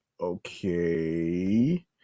okay